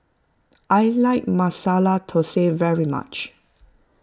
I like Masala Thosai very much